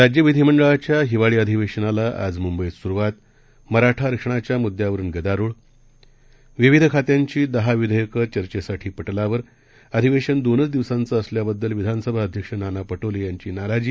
राज्यविधिमंडळाच्याहिवाळीअधिवेशनालाआजमुंबईतसुरूवात मराठाआरक्षणाच्यामुद्यावरुनगदारोळ विविधखात्यांचीदहाविधेयकंचर्चेसाठीपटलावर अधिवेशनदोनचदिवसांचंअसल्याबद्दलविधानसभा अध्यक्षनानापटोलेयांचीनाराजी